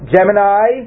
Gemini